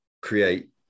create